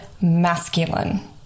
masculine